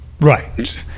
right